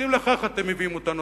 אז אם לכך אתם מביאים אותנו,